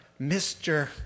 Mr